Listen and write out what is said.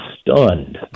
stunned